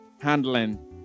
handling